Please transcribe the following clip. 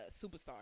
Superstar